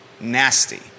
Nasty